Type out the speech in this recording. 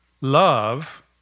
love